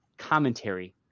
Commentary